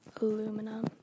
Aluminum